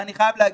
אני חייב להגיד,